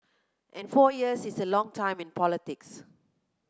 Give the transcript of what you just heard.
and four years is a long time in politics